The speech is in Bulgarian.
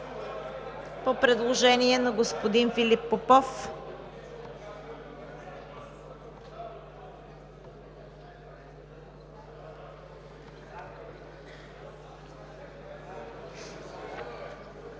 по предложение на господин Филип Попов.